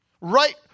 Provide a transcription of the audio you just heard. Right